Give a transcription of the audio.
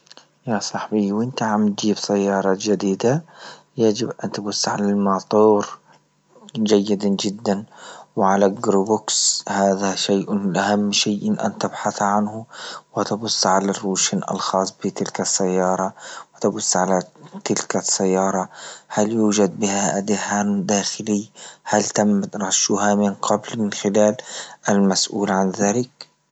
يا صاحبي وانت عم تجيب سيارة جديدة يجب أن تبص على الماطور جيدا جدا وعلى الجروبوكس هذا شيء أهم شيء أن تبحث عنه وتبص على الروشن الخاص بتلك السيارة وتبص على تلك السيارة هل يوجد دهان داخلي، هل تم نشرها من قبل من خلال المسئول عن ذلك.